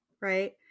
right